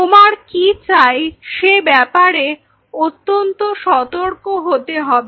তোমার কি চাই সে ব্যাপারে অত্যন্ত সতর্ক হতে হবে